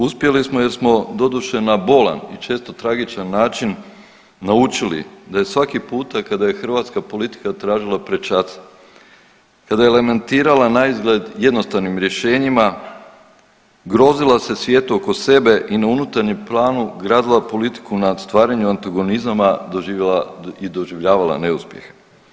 Uspjeli smo jer smo doduše na bolan i često tragičan način naučili da je svaki puta kada je hrvatska politika tražila prečace, kada je lamentirala naizgled jednostavnim rješenjima, grozila se svijetu oko sebe i na unutarnjem planu gradila politiku na stvaranju antagonizama doživjela i doživljavala neuspjeh.